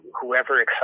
whoever